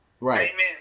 Right